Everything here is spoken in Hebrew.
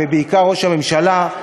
ובעיקר ראש הממשלה,